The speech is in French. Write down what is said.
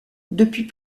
depuis